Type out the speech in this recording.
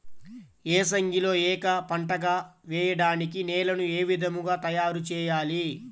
ఏసంగిలో ఏక పంటగ వెయడానికి నేలను ఏ విధముగా తయారుచేయాలి?